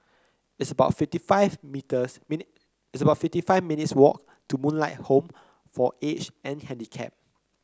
it's about fifty five meters mini it's about fifty five minutes' walk to Moonlight Home for Aged and Handicapped